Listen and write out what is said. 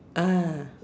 ah